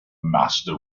master